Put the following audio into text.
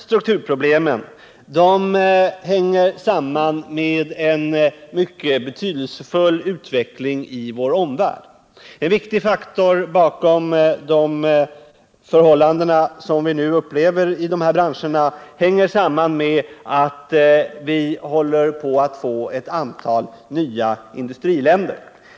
Strukturproblemen hänger samman med en mycket betydelsefull utveckling i vår omvärld. En viktig faktor bakom det vi nu upplever när det gäller dessa branscher är nämligen att vi håller på att få ett antal nya industriländer.